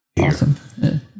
Awesome